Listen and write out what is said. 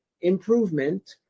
improvement